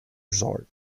resort